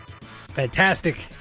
fantastic